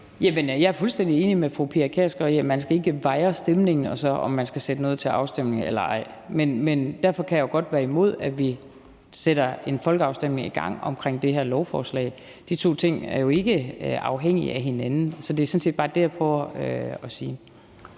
jeg er fuldstændig enig med fru Pia Kjærsgaard i, at man ikke skal vejre stemningen, i forhold til om man skal sætte noget til afstemning eller ej. Men derfor kan jeg jo godt være imod, at vi sætter en folkeafstemning i gang omkring det her lovforslag. De to ting er jo ikke afhængige af hinanden. Så det er sådan set bare det, jeg prøver at sige.